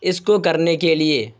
اس کو کرنے کے لیے